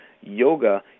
yoga